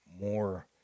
More